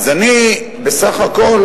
אני בסך הכול